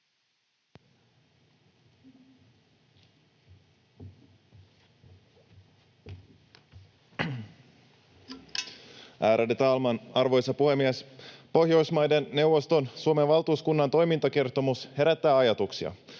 Pohjoismaiden neuvoston Suomen valtuuskunnan toimintakertomus herättää ajatuksia.